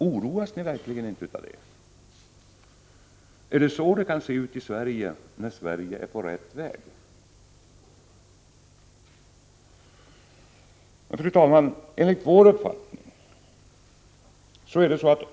Oroas ni verkligen inte av detta? Är det så det kan se ut i Sverige när Sverige är på rätt väg? Fru talman!